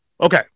Okay